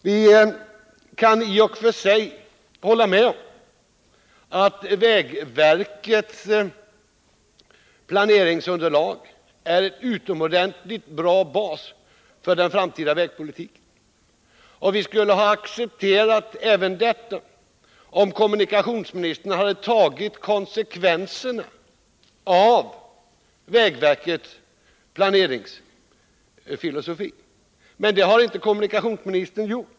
Vi kan i och för sig hålla med om att vägverkets planeringsunderlag är en utomordentligt bra bas för den framtida vägpolitiken, och vi skulle ha accepterat även detta, om kommunikationsministern hade tagit konsekvenserna av vägverkets planeringsfilosofi, men det har kommunikationsministern inte gjort.